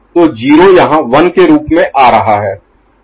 तो 0 यहां 1 के रूप में आ रहा है